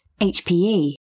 HPE